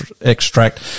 extract